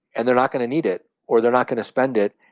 and they're not going to need it, or they're not going to spend it,